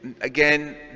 again